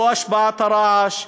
לא השפעת הרעש.